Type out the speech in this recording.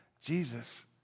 Jesus